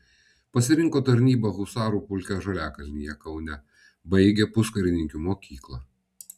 pasirinko tarnybą husarų pulke žaliakalnyje kaune baigė puskarininkių mokyklą